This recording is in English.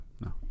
no